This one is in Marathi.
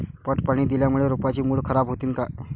पट पाणी दिल्यामूळे रोपाची मुळ खराब होतीन काय?